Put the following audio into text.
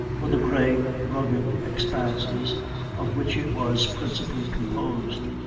or the grey, rugged expanses of which it was principally composed.